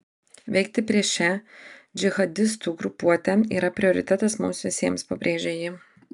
veikti prieš šią džihadistų grupuotę yra prioritetas mums visiems pabrėžė ji